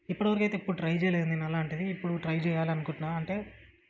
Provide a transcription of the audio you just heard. ఇప్పటివరకు అయితే ఎప్పుడూ ట్రై చెయ్యలేదు నేను అలాంటిది ఇప్పుడు ట్రై చెయ్యాలి అనుకుంటున్నా అంటే